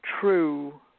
true